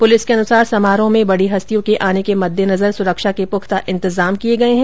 police के अनुसार समारोह में बड़ी हस्तियों के आने के मद्देनजर सुरक्षा के पुख्ता इंतजाम किये गये हैं